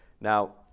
Now